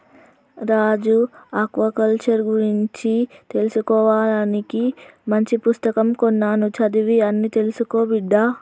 రాజు aquaculture గురించి తెలుసుకోవానికి మంచి పుస్తకం కొన్నాను చదివి అన్ని తెలుసుకో బిడ్డా